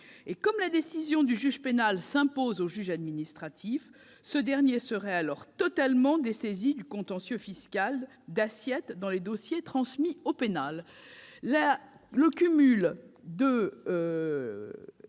: comme la décision du juge pénal s'impose au juge administratif, ce dernier serait alors totalement dessaisi du contentieux fiscal d'assiette dans les dossiers transmis au pénal.